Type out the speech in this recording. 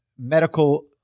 Medical